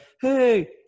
hey